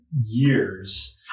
years